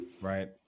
right